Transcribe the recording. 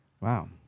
Wow